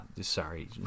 Sorry